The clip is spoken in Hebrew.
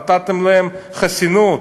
נתתם להם חסינות.